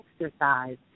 exercise